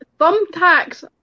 Thumbtacks